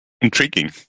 Intriguing